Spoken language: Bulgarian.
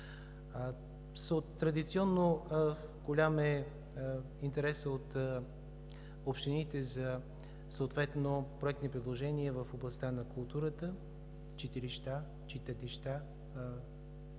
Традиционно голям е интересът от общините за проектни предложения в областта на културата, читалища,